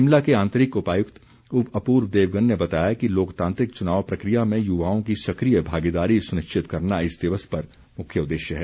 शिमला के अतिरिक्त उपायुक्त अपूर्व देवगन ने बताया कि लोकतांत्रिक चुनाव प्रक्रिया में युवाओं की सक्रिय भागीदारी सुनिश्चित करना इस दिवस का मुख्य उद्देश्य है